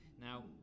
Now